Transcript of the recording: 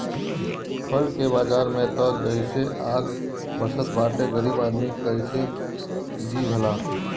फल के बाजार में त जइसे आग बरसत बाटे गरीब आदमी कइसे जी भला